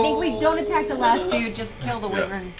we don't attack the last dude, just kill the wyvern.